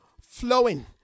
flowing